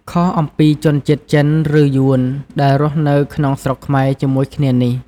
ខុសអំពីជនជាតិចិនឬយួនដែលរស់នៅក្នុងស្រុកខ្មែរជាមួយគ្នានេះ។